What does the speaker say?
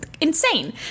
insane